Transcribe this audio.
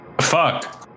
fuck